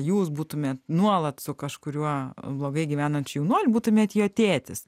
jūs būtumėt nuolat su kažkuriuo blogai gyvenančiu jaunuoliu būtumėt jo tėtis